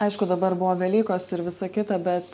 aišku dabar buvo velykos ir visa kita bet